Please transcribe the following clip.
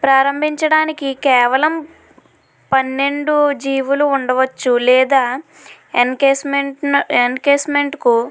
ప్రారంభించడానికి కేవలం పన్నెండు జీవులు ఉండవచ్చు లేదా ఎన్కేస్మెంట్ ఎన్కేస్మెంట్కు